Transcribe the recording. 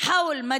ולבני